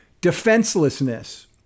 Defenselessness